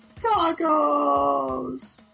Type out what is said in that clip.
Tacos